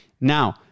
now